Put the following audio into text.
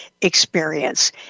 experience